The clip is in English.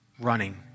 running